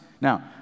Now